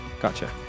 gotcha